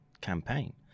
campaign